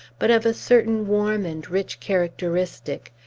but of a certain warm and rich characteristic,